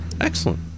Excellent